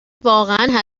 واقعا